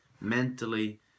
mentally